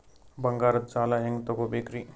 ಬಂಗಾರದ್ ಸಾಲ ಹೆಂಗ್ ತಗೊಬೇಕ್ರಿ?